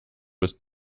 ist